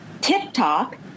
TikTok